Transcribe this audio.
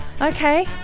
Okay